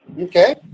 Okay